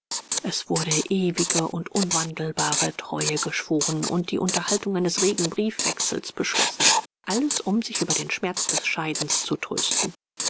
es wurde ewige und unwandelbare treue geschworen und die unterhaltung eines regen briefwechsels beschlossen alles um sich über den schmerz des scheidens zu trösten